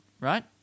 right